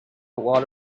lot